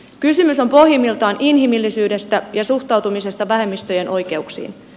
kysymys on pohjimmiltaan inhimillisyydestä ja suhtautumisesta vähemmistöjen oikeuksiin